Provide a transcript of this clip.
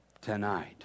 tonight